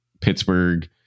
Pittsburgh